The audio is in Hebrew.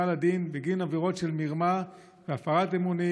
לדין בגין עבירות של מרמה והפרת אמונים,